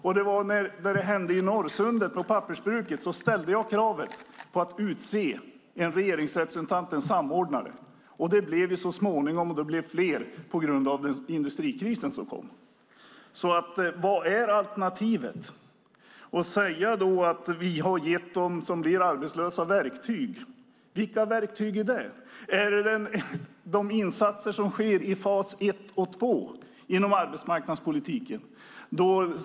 När samma sak hände vid pappersbruket i Norrsundet ställde jag krav på att man skulle utse en regeringsrepresentant, en samordnare. Så skedde så småningom, och de blev också fler på grund av den industrikris som kom. Så vad är alternativet? Är det att säga att man gett dem som blir arbetslösa verktyg? Vilka verktyg är det? Är det insatserna i fas 1 och 2 inom arbetsmarknadspolitiken?